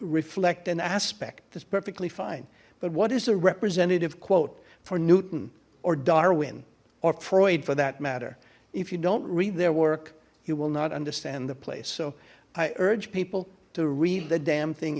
reflect an aspect that's perfectly fine but what is a representative quote for newton or darwin or freud for that matter if you don't read their work you will not understand the place so i urge people to read the damn thing